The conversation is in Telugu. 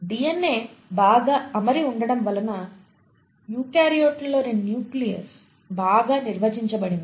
డిఎన్ఏ బాగా అమరి ఉండటం వలన యూకార్యోట్లు లోని న్యూక్లియస్ బాగా నిర్వచించబడింది